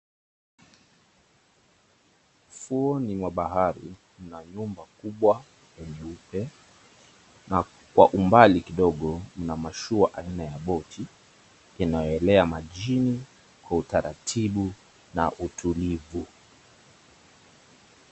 Ufuoni mwa bahari kuna nyumba kubwa nyeupe na kwa umbali kidogo, kuna mashua manne ya boti inayoelea majini kwa utaratibu na utulivu.